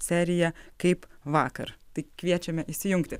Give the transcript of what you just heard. serija kaip vakar tai kviečiame įsijungti